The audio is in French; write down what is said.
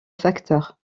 facteur